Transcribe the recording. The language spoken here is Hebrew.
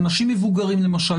אנשים מבוגרים למשל,